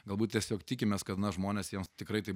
galbūt tiesiog tikimės kad na žmonės jiems tikrai taip